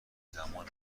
زمان